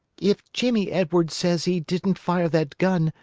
if jimmie edwards says he didn't fire that gun,